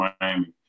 Miami